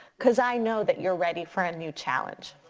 cause i know that you're ready for a new challenge.